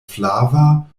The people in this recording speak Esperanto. flava